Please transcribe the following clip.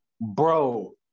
Bro